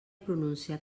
pronunciar